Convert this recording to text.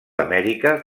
amèrica